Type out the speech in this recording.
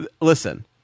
listen